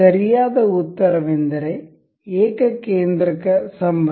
ಸರಿಯಾದ ಉತ್ತರವೆಂದರೆ ಏಕಕೇಂದ್ರಕ ಸಂಬಂಧ